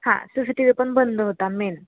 हां C C T V पण बंद होता मेन